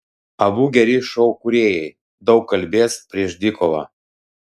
abu geri šou kūrėjai daug kalbės prieš dvikovą